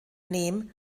nehm